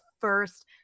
first